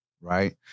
Right